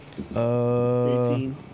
18